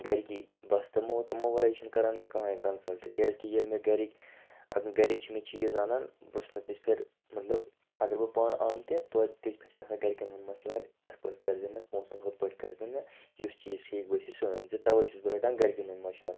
گَرِکی بَس تِمو تِمو وَرٲے چھِ نہٕ کَران مےٚ کٕہٕنٛۍ کَنسَلٹہٕ کیٛازِکہِ ییٚلہِ مےٚ گَرِکۍ اگر گَرِکۍ چھِ مےٚ چیٖز اَنان بہٕ چھُس نہٕ تِژھِ پھِر مطلب اگر بہٕ پانہٕ اَنہٕ تہِ توتہِ تِژھِ پھِر چھِ آسان گَرِکٮ۪ن ہُنٛد مَشوَرٕ یِتھٕ پٲٹھۍ کٔرۍ زِ نہٕ پۅنٛسَن ہُتھٕ پٲٹھۍ کٔرۍزِ نہٕ یُس چیٖز ٹھیٖک بٲسے سُہ أنۍ زِ تَوَے چھُس بہٕ رَٹان گَرِکٮ۪ن ہُنٛد مَشوَرٕ